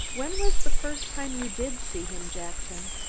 when was the first time you did see him, jackson?